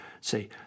say